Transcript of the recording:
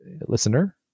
listener